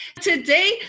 Today